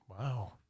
Wow